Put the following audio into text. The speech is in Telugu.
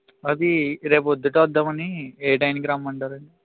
అది రేపు పొద్దున వద్దామని ఏ టైంకి రమ్మంటారు